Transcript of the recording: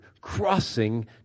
crossing